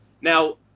Now